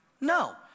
No